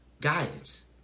guidance